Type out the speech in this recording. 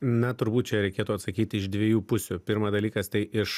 na turbūt čia reikėtų atsakyti iš dviejų pusių pirma dalykas tai iš